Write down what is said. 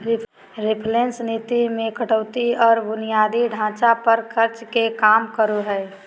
reflation नीति मे कर कटौती आर बुनियादी ढांचा पर खर्च के काम करो हय